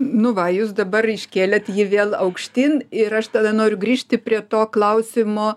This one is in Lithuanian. nu va jūs dabar iškėlėt jį vėl aukštyn ir aš tada noriu grįžti prie to klausimo